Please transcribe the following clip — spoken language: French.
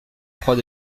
croix